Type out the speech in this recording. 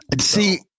See